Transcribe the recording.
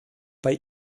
bei